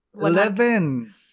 Eleven